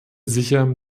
sicher